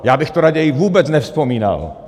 Já bych to raději vůbec nevzpomínal.